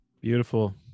beautiful